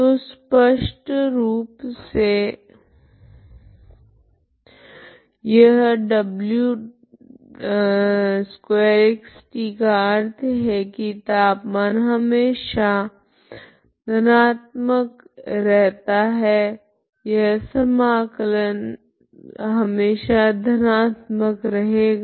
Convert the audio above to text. तो स्पष्ट रूप से यह w2xt का अर्थ है की तापमान हमेशा धनात्मक रहता है यह समाकल हमेशा धनात्मक रहेगा